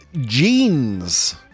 Jeans